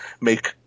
make